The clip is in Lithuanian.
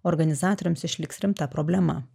organizatoriams išliks rimta problema